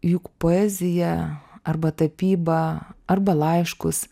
juk poezija arba tapyba arba laiškus